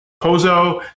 Pozo